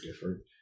different